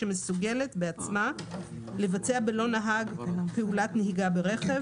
ומסוגלת בעצמה לבצע בלא נהג פעולת נהיגה ברכב.